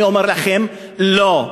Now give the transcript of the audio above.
אני אומר לכם: לא.